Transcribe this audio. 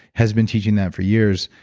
has been teaching that for years.